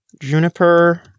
Juniper